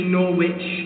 Norwich